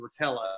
Rotella